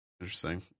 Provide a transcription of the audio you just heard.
Interesting